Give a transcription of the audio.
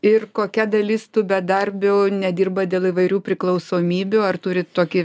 ir kokia dalis tų bedarbių nedirba dėl įvairių priklausomybių ar turi tokį